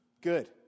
Good